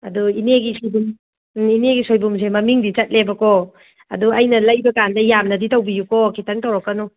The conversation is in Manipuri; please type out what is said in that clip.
ꯑꯗꯨ ꯏꯅꯦꯒꯤꯁꯤꯗꯤ ꯏꯅꯦꯒꯤ ꯁꯣꯏꯕꯨꯝꯁꯦ ꯃꯃꯤꯡꯗꯤ ꯆꯠꯂꯦꯕꯀꯣ ꯑꯗꯣ ꯑꯩꯅ ꯂꯩꯕ ꯀꯥꯟꯗ ꯌꯥꯝꯅꯗꯤ ꯇꯧꯕꯤꯌꯨꯀꯣ ꯈꯤꯇꯪ ꯇꯧꯔꯛꯀꯅꯨ